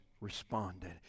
responded